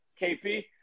KP